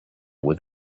with